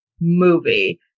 movie